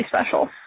special